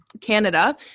Canada